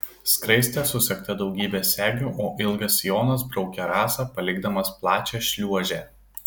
skraistė susegta daugybe segių o ilgas sijonas braukė rasą palikdamas plačią šliuožę